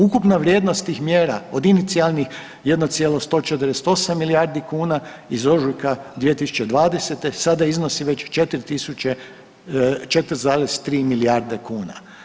Ukupna vrijednost tih mjera od inicijalnih 1,148 milijardi kuna iz ožujka 2020. sada iznosi već 4,3 milijarde kuna.